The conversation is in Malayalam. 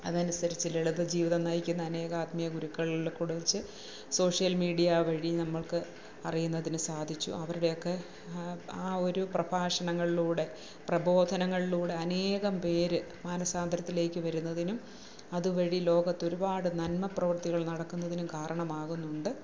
അതനുസരിച്ച് ലളിതജീവിതം നയിക്കുന്ന അനേകം ആത്മീയ ഗുരുക്കളുടെ കൂടെവെച്ച് സോഷ്യൽ മീഡിയ വഴി നമ്മൾക്ക് അറിയുന്നതിന് സാധിച്ചു അവരുടെയൊക്കെ ആ ഒരു പ്രഭാഷണങ്ങൾലൂടെ പ്രബോധനങ്ങൾലൂടെ അനേകം പേര് മാനസ്സാന്തരത്തിലേക്ക് വരുന്നതിനും അത്വഴി ലോകത്ത് ഒരുപാട് നന്മ പ്രവർത്തികൾ നടക്കുന്നതിനും കാരണമാകുന്നുണ്ട്